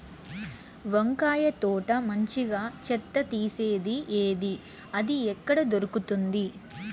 వంకాయ తోట మంచిగా చెత్త తీసేది ఏది? అది ఎక్కడ దొరుకుతుంది?